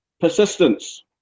Persistence